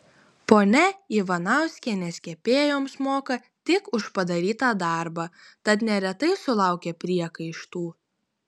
ponia ivanauskienės kepėjoms moka tik už padarytą darbą tad neretai sulaukia priekaištų